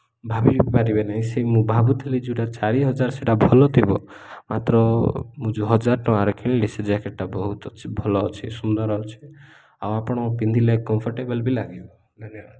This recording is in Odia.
ଭାବି ବି ପାରିବେ ନାହିଁ ସେ ମୁଁ ଭାବୁଥିଲି ଯେଉଁଟା ଚାରି ହଜାର ସେଇଟା ଭଲ ଥିବ ମାତ୍ର ମୁଁ ଯେଉଁ ହଜାର ଟଙ୍କାରେ କିଣିଲି ସେ ଜ୍ୟାକେଟ୍ଟା ବହୁତ ଅଛି ଭଲ ଅଛି ସୁନ୍ଦର ଅଛି ଆଉ ଆପଣ ପିନ୍ଧିଲେ କମ୍ଫର୍ଟେବଲ୍ ବି ଲାଗିବ ଧନ୍ୟବାଦ